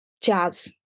jazz